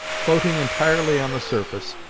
floating entirely on the surface,